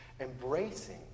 embracing